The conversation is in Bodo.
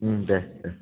दे दे